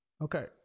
Okay